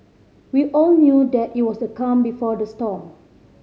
we all knew that it was the calm before the storm